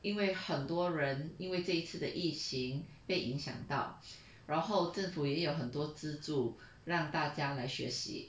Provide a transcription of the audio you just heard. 因为很多人因为这一次的疫情被影响到然后政府也有很多资助让大家来学习